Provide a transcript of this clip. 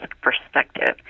perspective